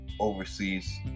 overseas